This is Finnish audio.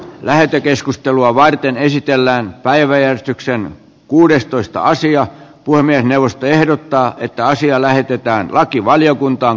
lähetekeskustelua varten esitellään päivetyksen kuudestoista asiat puhemiesneuvosto ehdottaa että asia lähetetään lakivaliokuntaan